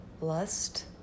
lust